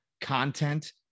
content